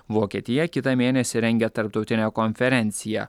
vokietija kitą mėnesį rengia tarptautinę konferenciją